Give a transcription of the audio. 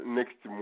next